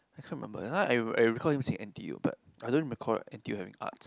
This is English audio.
I can't remember that time I I recall seeing n_t_u but I don't recall n_t_u having arts